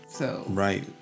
Right